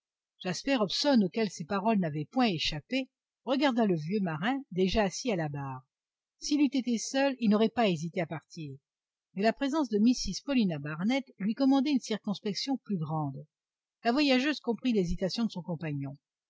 jasper hobson auquel ces paroles n'avaient point échappé regarda le vieux marin déjà assis à la barre s'il eût été seul il n'aurait pas hésité à partir mais la présence de mrs paulina barnett lui commandait une circonspection plus grande la voyageuse comprit l'hésitation de son compagnon